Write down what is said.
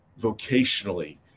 Vocationally